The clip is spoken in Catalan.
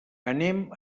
anem